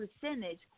percentage